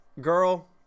girl